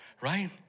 right